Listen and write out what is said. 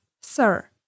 sir